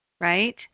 right